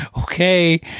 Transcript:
Okay